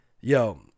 yo